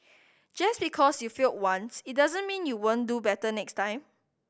just because you failed once it doesn't mean you won't do better next time